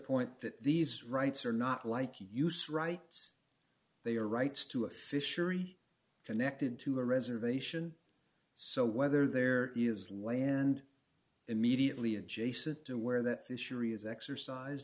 point that these rights are not like you use rights they are rights to a fishery connected to a reservation so whether there is land immediately adjacent to where that issue areas exercise